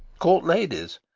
court ladies,